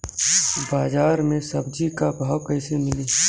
बाजार मे सब्जी क भाव कैसे मिली?